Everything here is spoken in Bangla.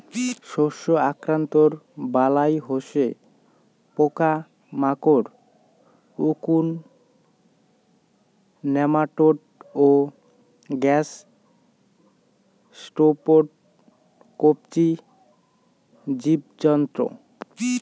শস্য আক্রান্তর বালাই হসে পোকামাকড়, উকুন, নেমাটোড ও গ্যাসস্ট্রোপড কবচী জীবজন্তু